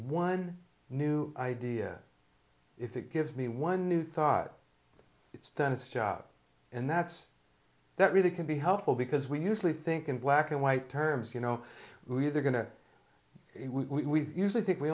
one new idea if it gives me one new thought it's done its job and that's that really can be helpful because we usually think in black and white terms you know we're going to we usually think we